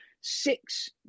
Six